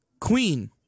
Queen